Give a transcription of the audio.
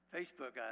Facebook